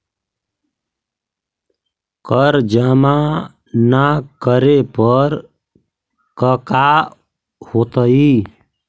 कर जमा ना करे पर कका होतइ?